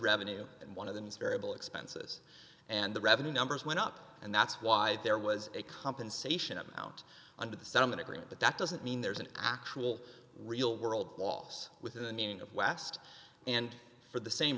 revenue and one of them is variable expenses and the revenue numbers went up and that's why there was a compensation amount under the settlement agreement but that doesn't mean there is an actual real world loss within the meaning of west and for the same